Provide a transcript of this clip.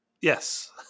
Yes